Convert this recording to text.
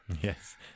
Yes